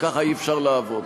וככה אי-אפשר לעבוד.